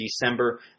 December